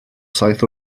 saith